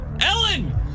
Ellen